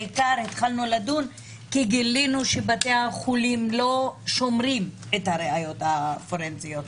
כולנו יודעים שלוקח לנפגעות תקיפה